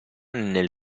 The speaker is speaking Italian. nel